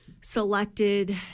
selected